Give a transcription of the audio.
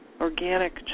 organic